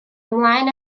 ymlaen